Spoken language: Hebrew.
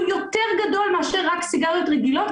יותר גדול מאשר לאלה שמשתמשים רק בסיגריות רגילות,